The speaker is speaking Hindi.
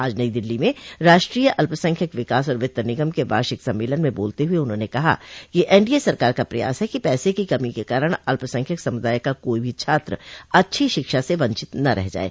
आज नई दिल्ली में राष्ट्रीय अल्पसंख्यक विकास और वित्त निगम के वार्षिक सम्मेलन में बोलते हुए उन्होंने कहा कि एन डी ए सरकार का प्रयास है कि पैसे की कमी के कारण अल्प संख्यक समुदाय का कोई भी छात्र अच्छी शिक्षा से वंचित न रह जाये